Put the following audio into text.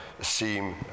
seem